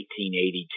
1882